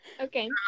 Okay